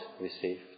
received